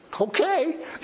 Okay